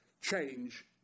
change